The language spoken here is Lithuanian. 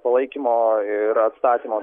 palaikymo ir atstatymo